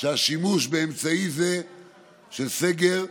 שהשימוש באמצעי זה של סגר,